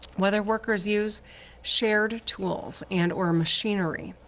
whether workers use shared tools and or machinery.